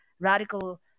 radical